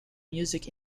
music